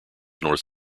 north